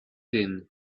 din